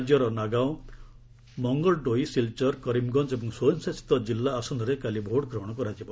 ରାଜ୍ୟର ନାଗାଓଁ ମଙ୍ଗଲ୍ଡୋଇ ସିଲ୍ଚର୍ କରିମ୍ଗଞ୍ ଏବଂ ସ୍ୱୟଂଶାସିତ କିଲ୍ଲା ଆସନରେ କାଲି ଭୋଟ୍ଗ୍ରହଣ ହେବ